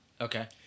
Okay